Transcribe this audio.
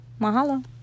mahalo